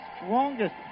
strongest